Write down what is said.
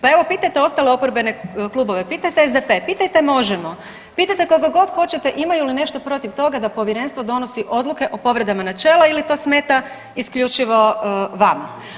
Pa evo pitajte ostale oporbene klubove, pitajte SDP, pitajte Možemo!, pitajte koga god hoćete imaju li nešto protiv toga da povjerenstvo donosi odluke o povredama načela ili to smeta isključivo vama.